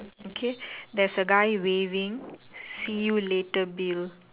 okay there's a guy waving see you later bill